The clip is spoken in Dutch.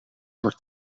wordt